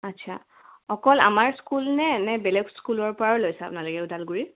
আচ্ছা অকল আমাৰ স্কুল নে নে বেলেগ স্কুলৰপৰাও লৈছা আপোনালোকে ওদালগুৰিৰ